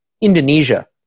Indonesia